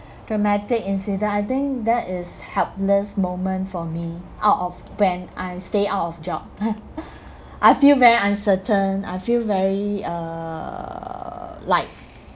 traumatic incident I think that is helpless moment for me out of when I stay out of job I feel very uncertain I feel very uh like